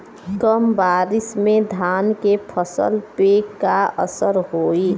कम बारिश में धान के फसल पे का असर होई?